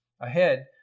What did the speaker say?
Ahead